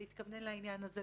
להתכוון לעניין הזה,